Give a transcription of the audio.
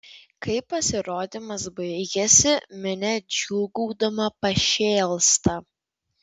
kai pasirodymas baigiasi minia džiūgaudama pašėlsta